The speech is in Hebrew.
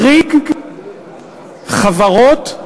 מחריג חברות,